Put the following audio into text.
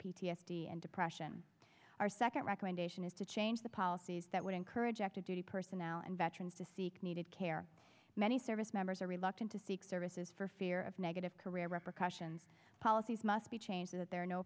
d and depression our second recommendation is to change the policies that would encourage active duty personnel and veterans to seek needed care many service members are reluctant to seek services for fear of negative career rep or question policies must be changed that there are no